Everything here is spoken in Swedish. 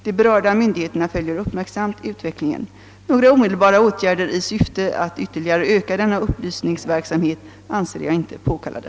De berörda myndigheterna följer uppmärksamt utvecklingen. Några omedelbara åtgärder i syfte att ytterligare öka denna upplysningsverksamhet anser jag inte påkallade.